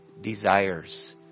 desires